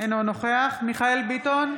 אינו נוכח מיכאל מרדכי ביטון,